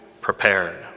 prepared